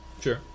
Sure